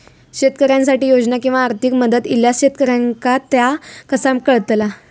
शेतकऱ्यांसाठी योजना किंवा आर्थिक मदत इल्यास शेतकऱ्यांका ता कसा कळतला?